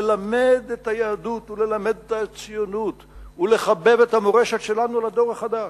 ללמד את היהדות וללמד את הציונות ולחבב את המורשת שלנו על הדור החדש,